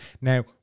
Now